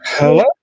hello